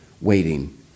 waiting